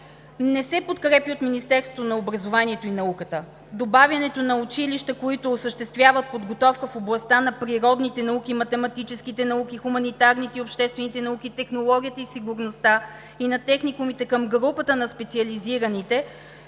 не се подкрепя от Министерството на образованието и науката. Добавянето на училища, които осъществяват подготовка в областта на природните науки, математическите науки, хуманитарните и обществените науки, технологията и сигурността, и на техникумите към групата на специализираните